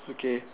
okay